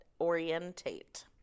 orientate